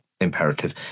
imperative